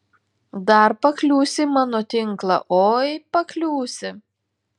dar pakliūsi į mano tinklą oi pakliūsi